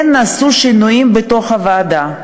כן נעשו שינויים מקצועיים בתוך הוועדה.